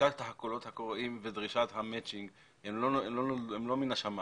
שיטת הקולות הקוראים ודרישת המצ'ינג הן לא מן השמיים.